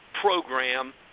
program